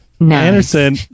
Anderson